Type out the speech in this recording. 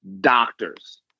Doctors